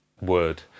word